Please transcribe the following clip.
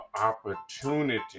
opportunity